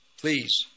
Please